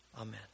Amen